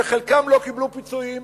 שחלקם לא קיבלו פיצויים,